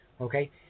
Okay